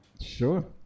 sure